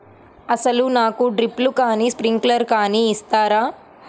అసలు నాకు డ్రిప్లు కానీ స్ప్రింక్లర్ కానీ ఇస్తారా?